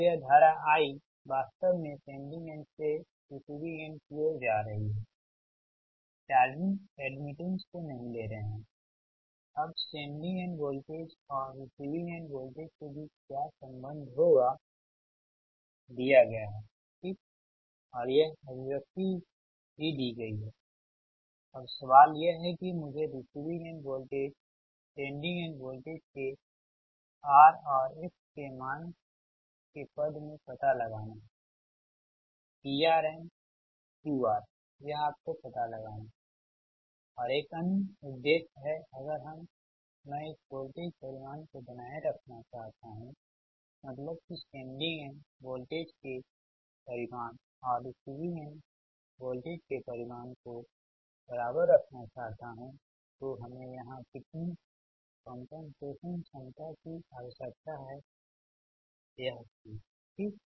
अब यह धारा I वास्तव में सेंडिंग एंड से रिसीविंग एंड की ओर जा रही है चार्जिंग एड्मिटेंस को नही ले रहें है अब सेंडिंग एंड वोल्टेज और रिसीविंग एंड वोल्टेज के बीच क्या संबंध होगा दिया गया है ठीक और यह अभिव्यक्ति दी गई है अब सवाल यह है कि मुझे receiving end voltage sending end voltage के R और X के मान के पद में पता लगाना है PR और QR यह आपको पता लगाना है और एक अन्य उद्देश्य है अगर मैं इस वोल्टेज परिमाण को बनाए रखना चाहता हूं मतलब कि सेंडिंग एंड वोल्टेज के परिमाण और रिसीविंग एंड वोल्टेज के परिमाण को बराबर रखना चाहता हूँ तो हमे यहाँ कितनी कंपनसेशन क्षमता की आवश्यकता हैयह चीज ठीक